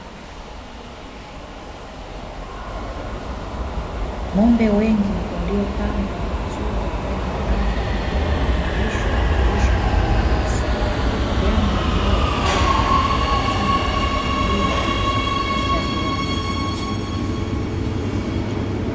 Ng’ombe wengi waliopangwa vizuri ndani ya banda wanalishwa malisho kwa ufanisi, jambo linaloongeza afya na tija katika kilimo cha viwanda.